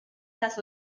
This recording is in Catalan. les